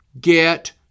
get